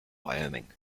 wyoming